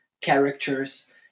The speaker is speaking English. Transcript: characters